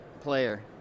player